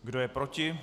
Kdo je proti?